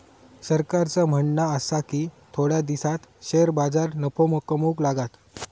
सरकारचा म्हणणा आसा की थोड्या दिसांत शेअर बाजार नफो कमवूक लागात